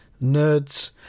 Nerds